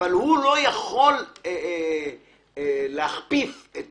אבל הוא לא יכול להכפיף את